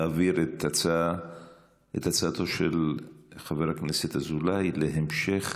להעביר את הצעתו של חבר הכנסת אזולאי להמשך